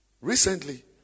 Recently